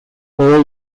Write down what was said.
all